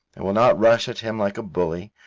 i will not rush at him like a bully,